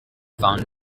found